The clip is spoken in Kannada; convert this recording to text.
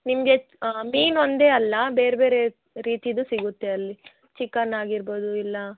ನಿಮಗೆ ಮೀನು ಒಂದೇ ಅಲ್ಲ ಬೇರ್ಬೇರೆ ರೀತಿದೂ ಸಿಗುತ್ತೆ ಅಲ್ಲಿ ಚಿಕನ್ ಆಗಿರ್ಬೌದು ಇಲ್ಲ